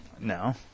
No